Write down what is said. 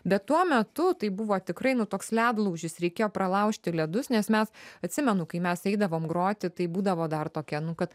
bet tuo metu tai buvo tikrai nu toks ledlaužis reikėjo pralaužti ledus nes mes atsimenu kai mes eidavom groti tai būdavo dar tokia nu kad